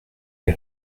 les